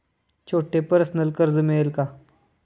छोटे पर्सनल कर्ज मिळेल का?